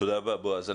תודה רבה, בועז.